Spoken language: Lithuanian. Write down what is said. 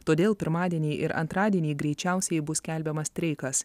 todėl pirmadienį ir antradienį greičiausiai bus skelbiamas streikas